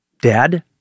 dad